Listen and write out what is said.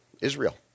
Israel